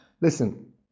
listen